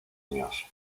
años